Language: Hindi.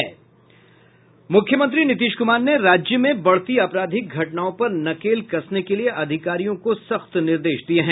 मुख्यमंत्री नीतीश कुमार ने राज्य में बढ़ती आपराधिक घटनाओं पर नकेल कसने के लिए अधिकारियों को सख्त निर्देश दिये हैं